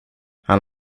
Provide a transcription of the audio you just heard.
han